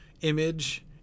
image